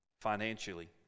financially